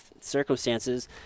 circumstances